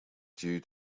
due